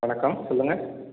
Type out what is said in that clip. வணக்கம் சொல்லுங்கள்